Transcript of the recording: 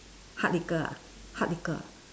hard liquor hard liquor